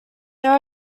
there